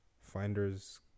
finders